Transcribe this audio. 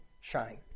shine